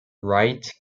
wright